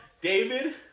David